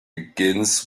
begins